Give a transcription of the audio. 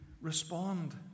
respond